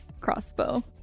crossbow